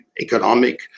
economic